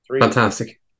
fantastic